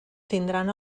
tindran